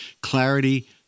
clarity